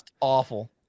awful